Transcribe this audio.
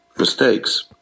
Mistakes